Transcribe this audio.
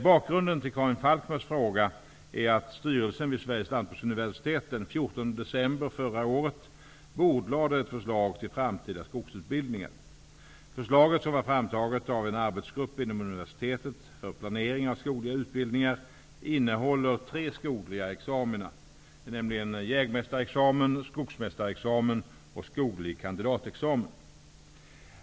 Bakgrunden till Karin Falkmers fråga är att styrelsen vid Sveriges lantbruksuniversitet den 14 december förra året bordlade ett förslag till framtida skogsutbildningar. Förslaget som var framtaget av en arbetsgrupp inom universitet för planering av skogliga utbildningar innehåller tre skogliga examina, nämligen jägmästareexamen, skogsmästareexamen och skoglig kandidatexamen.